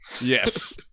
Yes